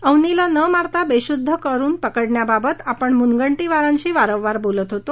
अवनीला न मारता बेशुद्ध करुन पकडण्याबाबत आपण मुंनगटीवारांशी वांरवांर बोलत होतो